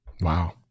Wow